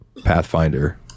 Pathfinder